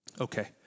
Okay